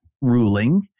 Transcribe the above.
ruling